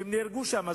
והם נהרגו שם.